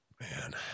man